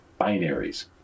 Binaries